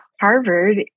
Harvard